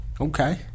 Okay